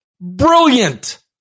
brilliant